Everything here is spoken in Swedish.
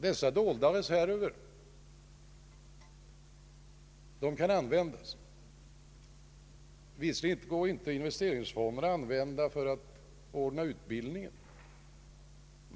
Dessa dolda reserver kan givetvis användas. Visserligen kan inte investeringsfonderna användas för att ordna utbildning.